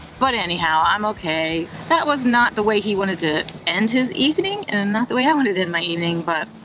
but anyhow, i'm okay. that was not the way he wanted to end his evening and not the way i wanted to end my evening. but,